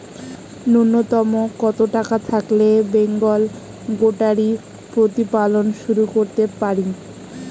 নূন্যতম কত টাকা থাকলে বেঙ্গল গোটারি প্রতিপালন শুরু করতে পারি?